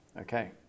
Okay